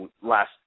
last